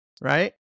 right